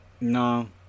no